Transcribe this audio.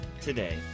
today